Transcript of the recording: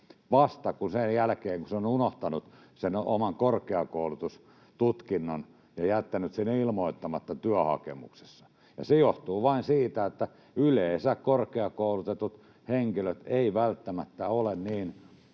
vasta sen jälkeen, kun on unohtanut sen oman korkeakoulututkinnon ja jättänyt sen ilmoittamatta työhakemuksessa. Ja se johtuu vain siitä, että yleensä korkeakoulutetut henkilöt eivät välttämättä ole niin